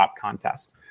contest